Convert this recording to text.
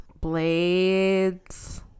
Blades